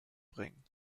bringen